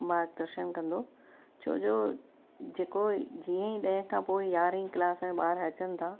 मार्गदर्शन कंदो छो जो जे को जीअं ई ॾह खां पोइ यारहें क्लास में ॿार अचनि था